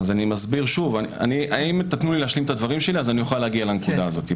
אם תיתנו לי להשלים את דבריי אוכל להגיע לנקודה הזו.